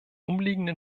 umliegenden